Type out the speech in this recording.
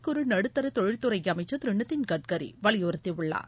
குறு நடுத்தர தொழில்துறை அமைச்சர் திரு நிதின்கட்கரி வலியுறுத்தியுள்ளார்